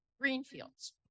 Greenfields